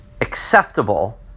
acceptable